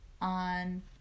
on